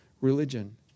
religion